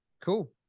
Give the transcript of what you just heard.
cool